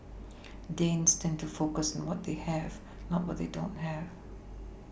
Danes tend to focus on what they have not what they don't have